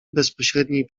bezpośredniej